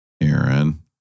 Aaron